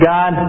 God